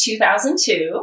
2002